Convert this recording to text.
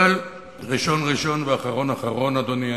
אבל ראשון-ראשון ואחרון-אחרון, אדוני.